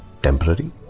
temporary